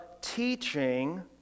teaching